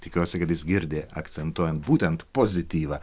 tikiuosi kad jis girdi akcentuojant būtent pozityvą